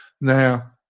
Now